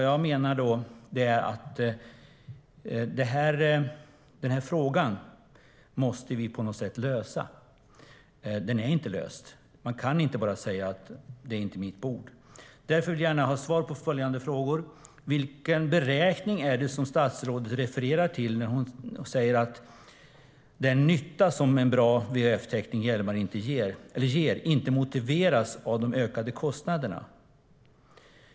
Jag menar att vi på något sätt måste lösa den här frågan. Den är inte löst. Man kan inte bara säga: Det är inte mitt bord. Jag vill gärna ha svar på följande fråga: Vilken beräkning refererar statsrådet till när hon säger att den nytta som en bra VHF-täckning i Hjälmaren ger inte motiveras av de ökade kostnaderna?